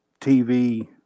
TV